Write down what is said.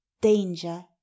Danger